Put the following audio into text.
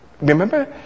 Remember